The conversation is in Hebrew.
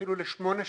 אפילו לשמונה שנים,